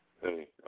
hey